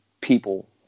people